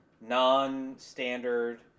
non-standard